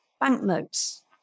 Banknotes